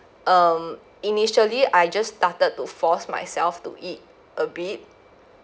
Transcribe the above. um initially I just started to force myself to eat a bit